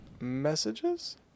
messages